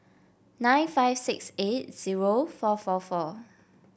nine five six eight zero four four four